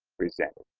presented.